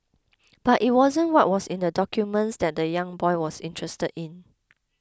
but it wasn't what was in the documents that the young boy was interested in